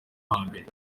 hambere